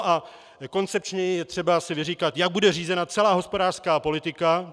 A koncepčněji je třeba si vyříkat, jak bude řízena celá hospodářská politika.